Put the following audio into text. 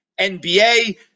NBA